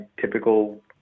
typical